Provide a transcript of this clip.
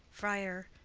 friar.